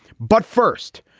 but first,